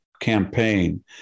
campaign